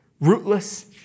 rootless